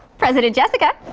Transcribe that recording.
president jessica.